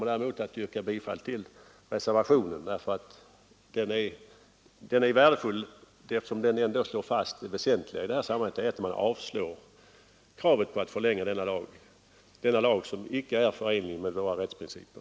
Däremot yrkar jag bifall till reservationen, för den är värdefull, eftersom den ändå slår fast det väsentliga i detta sammanhang, nämligen att man skall avslå kravet på förlängning av denna lag, som icke är förenlig med våra rättsprinciper.